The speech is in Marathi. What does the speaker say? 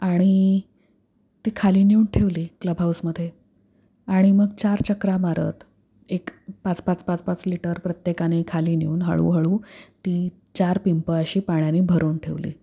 आणि ती खाली नेऊन ठेवली क्लब हाऊसमध्ये आणि मग चार चकरा मारत एक पाच पाच पाच पाच लिटर प्रत्येकाने खाली नेऊन हळूहळू ती चार पिंपं अशी पाण्याने भरून ठेवली